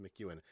McEwen